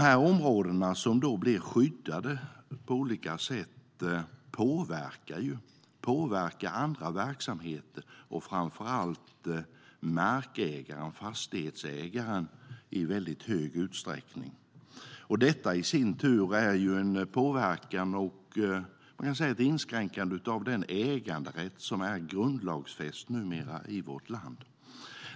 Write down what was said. När områden blir skyddade på olika sätt påverkar det andra verksamheter och framför allt markägaren - fastighetsägaren - i väldigt stor utsträckning. Detta är i sin tur en påverkan på och ett inskränkande av den äganderätt som numera är grundlagsfäst i vårt land.